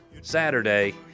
Saturday